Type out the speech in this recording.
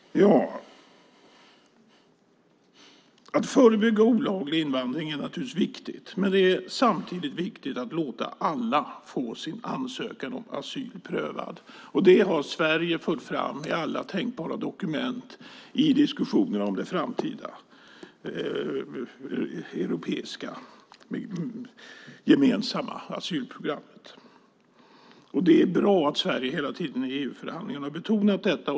Att förebygga olaglig invandring är naturligtvis viktigt. Det är samtidigt viktigt att låta alla få sin ansökan om asyl prövad. Det har Sverige fört fram i alla tänkbara dokument i diskussionerna om det framtida europeiska gemensamma asylprogrammet. Det är bra att Sverige hela tiden i EU-förhandlingarna har betonat detta.